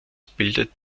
bildet